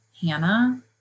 Hannah